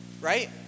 right